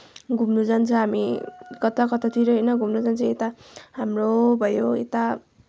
घुम्न जान्छ हामी कताकतातिर होइन घुम्न जान्छ यता हाम्रो भयो यता